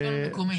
השלטון המקומי.